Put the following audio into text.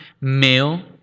male